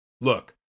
Look